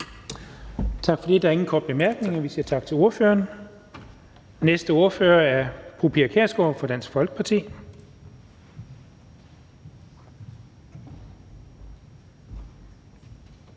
Tak for det. Der er ingen korte bemærkninger, så vi siger tak til ordføreren. Næste ordfører er fru Pia Kjærsgaard fra Dansk Folkeparti.